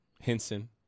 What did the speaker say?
Henson